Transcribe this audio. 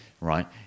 right